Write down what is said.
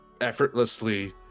effortlessly